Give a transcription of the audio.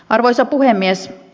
arvoisa puhemies